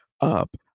up